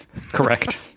correct